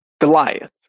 Goliath